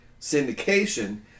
syndication